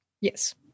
yes